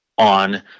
on